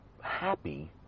happy